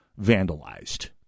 vandalized